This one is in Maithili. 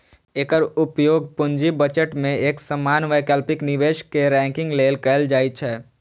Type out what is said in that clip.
एकर उपयोग पूंजी बजट मे एक समान वैकल्पिक निवेश कें रैंकिंग लेल कैल जाइ छै